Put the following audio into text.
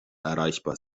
erreichbar